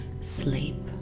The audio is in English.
sleep